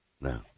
No